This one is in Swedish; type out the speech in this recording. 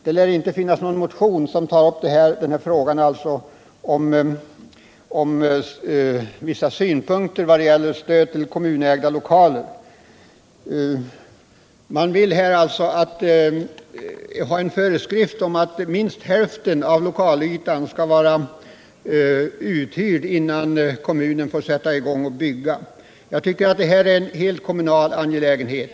Det lär inte finnas någon motion som tar upp denna fråga —- vissa synpunkter när det gäller stöd till kommunägda lokaler. Man 81 vill alltså här ha en föreskrift om att minst hälften av lokalytan skall vara uthyrd innan kommunen får sätta i gång och bygga. Jag tycker att detta är en helt kommunal angelägenhet.